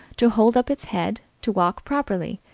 to hold up its head, to walk properly,